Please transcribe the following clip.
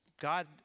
God